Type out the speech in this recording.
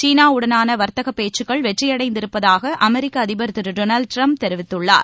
சீனாவுடனானவர்த்தகபேச்சுக்கள் வெற்றியடைந்திருப்பதாகஅமெரிக்கஅதிபர் திரு டோனால்டுட்ரம்ப் தெரிவித்துள்ளார்